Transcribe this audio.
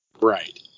Right